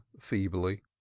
feebly